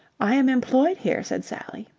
i am employed here, said sally.